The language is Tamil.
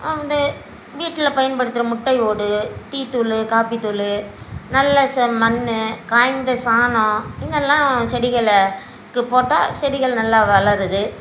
வந்து வீட்டில் பயன்படுத்துகிற முட்டை ஓடு டீ தூளு காப்பி தூளு நல்ல செம்மண் காய்ந்த சாணம் இதெல்லாம் செடிகளுக்கு போட்டால் செடிகள் நல்லா வளருது